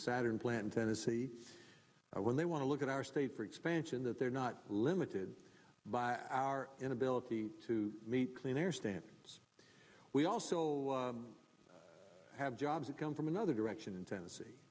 saturn plant in tennessee or when they want to look at our state for expansion that they're not limited by our inability to meet clean air standards we also have jobs that come from another direction in